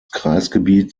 kreisgebiet